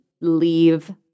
leave